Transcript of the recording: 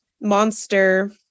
monster